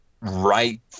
right